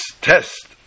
test